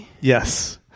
Yes